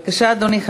בבקשה, אדוני.